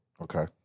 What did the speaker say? Okay